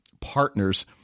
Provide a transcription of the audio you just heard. partners